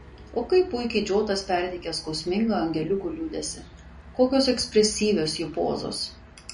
o kaip puikiai džotas perteikė skausmingą angeliukų liūdesį kokios ekspresyvios jų pozos